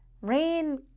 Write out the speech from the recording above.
Rain